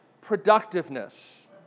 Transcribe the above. productiveness